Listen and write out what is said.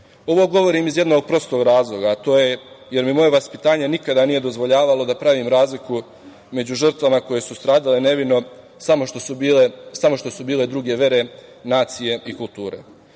govorim iz jednog prostog razloga, a to je, jer mi moje vaspitanje nikada nije dozvoljavalo da pravim razliku među žrtvama koje su nevino stradale samo što su bile druge vere, nacije i kulture.